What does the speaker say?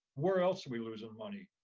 where else are we losing money.